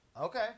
Okay